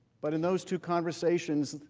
but in those two conversations,